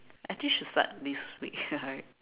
actually should start this week